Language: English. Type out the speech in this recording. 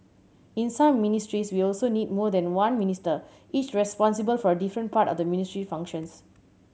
in some ministries we also need more than one Minister each responsible for a different part of the ministry's functions